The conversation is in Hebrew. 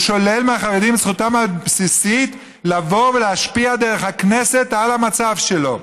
הוא שולל מהחרדים את זכותם הבסיסית לבוא ולהשפיע דרך הכנסת על המצב שלו.